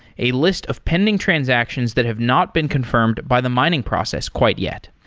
a list of pending transactions that have not been confirmed by the mining process quite yet.